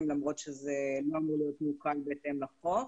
למרות שזה לא אמור להיות מעוקל בהתאם לחוק.